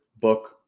book